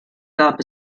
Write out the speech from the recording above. gab